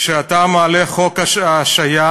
כשאתה מעלה את חוק ההשעיה,